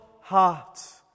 heart